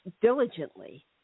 diligently